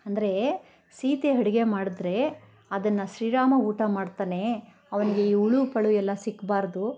ಅಂದ್ರೇ ಸೀತೆ ಅಡ್ಗೆ ಮಾಡಿದ್ರೆ ಅದನ್ನು ಶ್ರೀರಾಮ ಊಟ ಮಾಡ್ತಾನೆ ಅವನಿಗೆ ಈ ಹುಳು ಪಳು ಎಲ್ಲ ಸಿಕ್ಬಾರದು